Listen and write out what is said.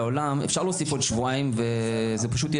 וזה יהיה שבועיים יותר מהממוצע בעולם.